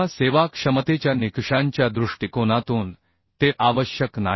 किंवा सेवाक्षमतेच्या निकषांच्या दृष्टिकोनातून ते आवश्यक नाही